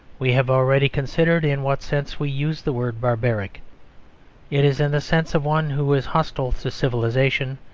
we have already considered in what sense we use the word barbaric it is in the sense of one who is hostile to civilisation,